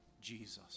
Jesus